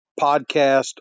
podcast